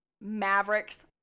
Maverick's